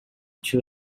two